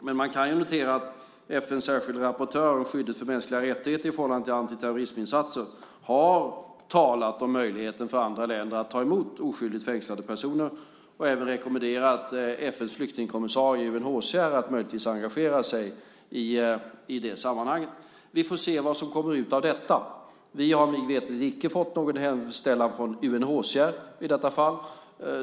Men man kan notera att FN:s särskilda rapportör om skyddet för mänskliga rättigheter i förhållande till antiterroristinsatser har talat om möjligheten för andra länder att ta emot oskyldigt fängslade personer och även rekommenderat FN:s flyktingkommissarie i UNHCR att möjligtvis engagera sig i det sammanhanget. Vi får se vad som kommer ut av detta. Vi har mig veterligt inte fått någon hemställan från UNHCR i detta fall.